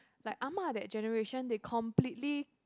like Ah-Ma that generation they completely